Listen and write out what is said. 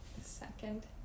Second